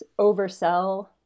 oversell